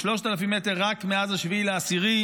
3,000 מטר רק מאז 7 באוקטובר,